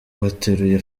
bateruye